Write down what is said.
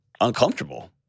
uncomfortable